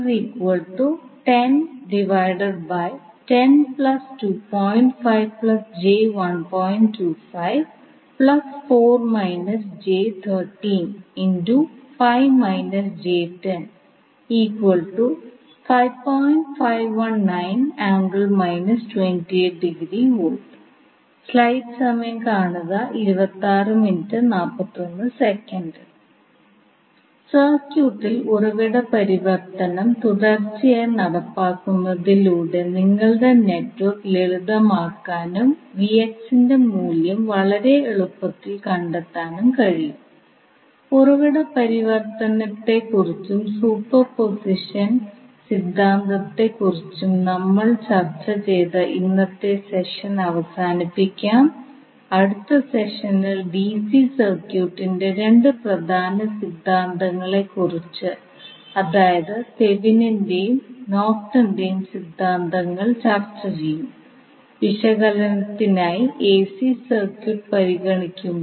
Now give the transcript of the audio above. അതിനാൽ നമ്മൾ ലളിതമാക്കുമ്പോൾ അതിനെ 2 സമവാക്യങ്ങളായി ചുരുക്കുന്നു നമുക്ക് ഇപ്പോൾ ഈ 2 സമവാക്യങ്ങളുണ്ട് അത് നമുക്ക് മാട്രിക്സിന്റെ രൂപത്തിൽ സമാഹരിക്കാൻ കഴിയും നമ്മൾ ഡിറ്റർമനൻറ്റ് ഇതുപോലെ കണക്കാക്കുന്നു അതിനാൽ വോൾട്ടേജ് കണക്കാക്കപ്പെടുന്നത് ഇങ്ങിനെയാണ് നമ്മൾ ഒരു ഡിസി സർക്യൂട്ട് വിശകലനം ചെയ്തപ്പോൾ ചർച്ച ചെയ്ത അതേ വിദ്യകൾ നമുക്ക് എസി സർക്യൂട്ട് വിശകലനത്തിന് പ്രയോഗിക്കാം